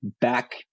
back